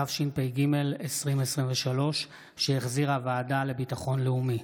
התשפ"ג 2023, שהחזירה הוועדה לביטחון לאומי,